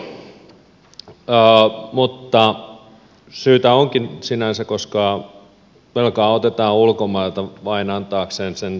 valtionvelasta puhutaan paljon mutta syytä onkin sinänsä koska velkaa otetaan ulkomailta vain antaaksemme sen takaisin ulkomaille